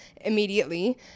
immediately